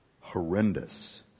horrendous